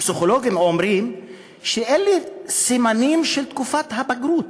פסיכולוגים אומרים שאלה סימנים של תקופת הבגרות,